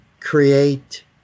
create